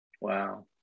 wow